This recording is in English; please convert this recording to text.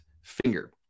finger